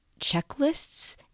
checklists